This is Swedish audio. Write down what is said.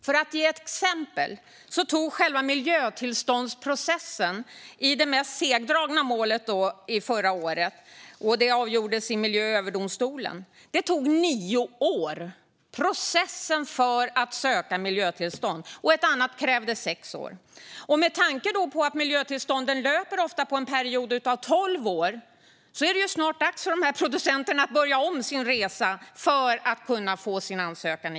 För att ge ett exempel tog själva miljötillståndsprocessen i det mest segdragna målet i Mark och miljööverdomstolen förra året nio år, medan ett annat krävde sex år. Med tanke på att miljötillstånden ofta löper på en period av tolv år är det ju snart dags för dessa producenter att börja om sin resa för att kunna få igenom sin ansökan.